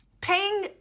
paying